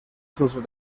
sus